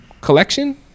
collection